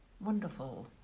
wonderful